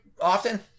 often